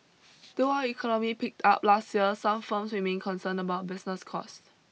though our economy picked up last year some firms remain concerned about business cost